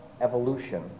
evolution